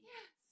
Yes